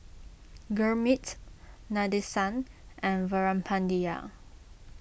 Gurmeet Nadesan and Veerapandiya